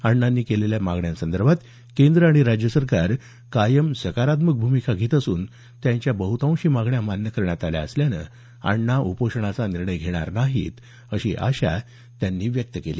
अण्णांनी केलेल्या मागण्यासंदर्भात केंद्र आणि राज्य सरकार कायम सकारात्मक भूमिका घेत असून त्यांच्या बहुतांशी मागण्या मान्य करण्यात आल्या असल्यानं अण्णा उपोषणाचा निर्णय घेणार नाहीत अशी आशा त्यांनी व्यक्त केली